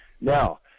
Now